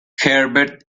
herbert